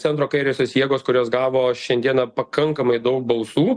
centro kairiosios jėgos kurios gavo šiandieną pakankamai daug balsų